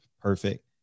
perfect